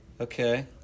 Okay